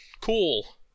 Cool